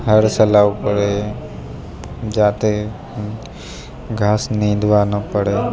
હળ ચલાવવું પડે જાતે ઘાસ નિંદવાનું પડે